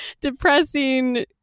depressing